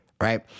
right